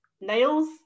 nails